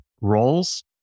roles